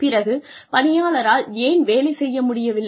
பிறகு பணியாளரால் ஏன் வேலை செய்ய முடியவில்லை